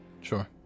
Sure